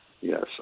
Yes